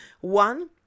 One